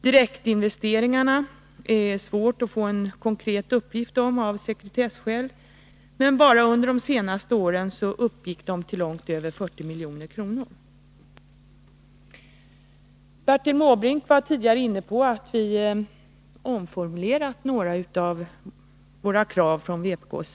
Direktinvesteringarna är det svårt att få en konkret uppgift om av sekretesskäl, men bara under de senaste åren uppgick direktinvesteringarna till långt över 40 milj.kr. Bertil Måbrink nämnde tidigare att vpk hade omformulerat några av sina krav.